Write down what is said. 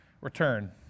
return